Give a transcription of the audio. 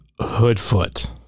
Hoodfoot